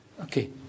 Okay